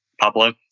Pablo